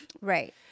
Right